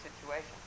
situations